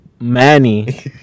Manny